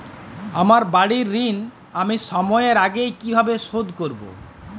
আমার বাড়ীর ঋণ আমি সময়ের আগেই কিভাবে শোধ করবো?